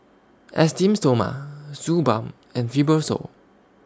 Esteem Stoma Suu Balm and Fibrosol